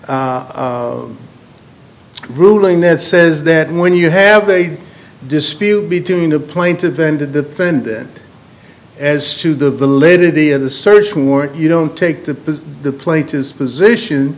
ruling that says that when you have a dispute between a plaintiff then the defendant as to the validity of the search warrant you don't take to the plate his position